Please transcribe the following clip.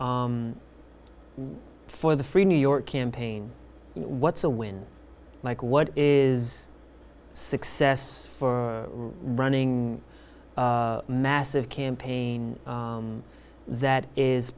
for the free new york campaign what's a win mike what is success for running a massive campaign that is